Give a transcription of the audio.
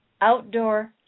outdoor